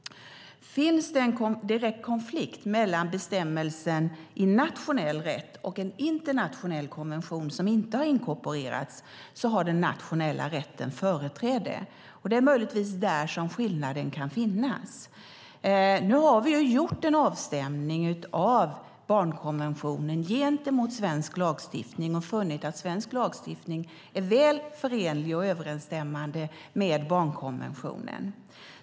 Finns det en direkt konflikt mellan bestämmelsen i nationell rätt och en internationell konvention som inte har inkorporerats har den nationella rätten företräde. Det är möjligtvis där som skillnaden kan finnas. Nu har vi gjort en avstämning av barnkonventionen gentemot svensk lagstiftning och funnit att svensk lagstiftning är väl förenlig och överensstämmande med barnkonventionen.